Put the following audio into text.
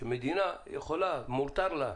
שמדינה יכולה ומותר לה.